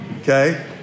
okay